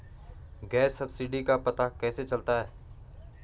Gas subsidy का पता कैसे चलता है?